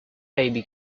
baby